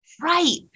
Right